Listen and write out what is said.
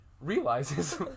realizes